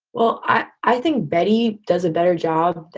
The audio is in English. well, i i think betty does a better job,